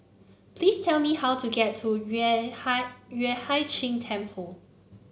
please tell me how to get to Yueh Hai Yueh Hai Ching Temple